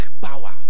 power